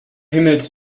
himmels